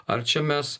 ar čia mes